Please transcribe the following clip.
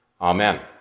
Amen